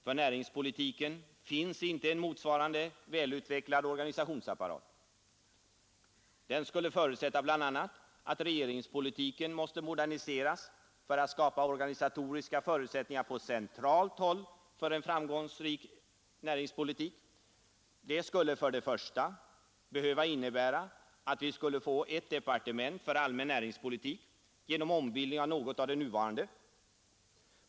För näringspolitiken finns det inte någon motsvarande välutvecklad organisationsapparat. Den skulle förutsätta bl.a. att regeringspolitiken måste moderniseras. 1. För att skapa organisatoriska förutsättningar på centralt håll för en framgångsrik näringspolitik skulle vi behöva få ett departement för allmän näringspolitik genom ombildning av något av de nuvarande.